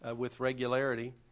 ah with regularity.